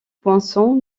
poinçon